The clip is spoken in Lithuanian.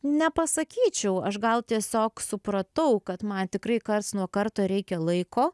nepasakyčiau aš gal tiesiog supratau kad man tikrai karts nuo karto reikia laiko